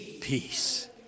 Peace